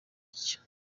gusya